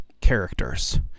characters